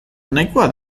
nahikoa